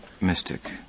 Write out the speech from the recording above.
mystic